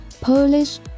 Polish